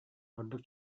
ордук